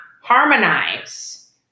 harmonize